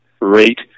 rate